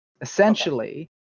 essentially